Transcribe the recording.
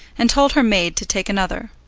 and told her maid to take another.